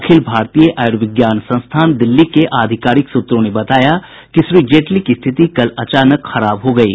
अखिल भारतीय आयुर्विज्ञान संस्थान दिल्ली के आधिकारिक सूत्रों ने बताया कि श्री जेटली की स्थिति कल अचानक खराब हो गयी